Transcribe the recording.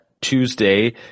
Tuesday